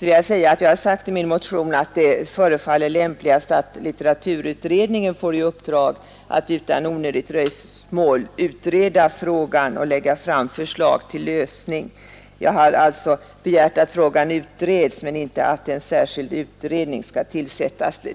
Jag vill då framhålla att jag i min motion sagt att det förefaller lämpligast att litteraturutredningen får i uppdrag att utan onödigt dröjsmål utreda frågan och lägga fram förslag till lösning. Jag har alltså begärt att frågan utreds men inte att en särskild utredning skall tillsättas.